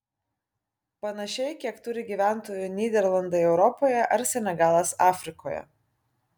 panašiai kiek turi gyventojų nyderlandai europoje ar senegalas afrikoje